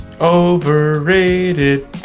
Overrated